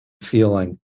feeling